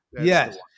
yes